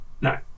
no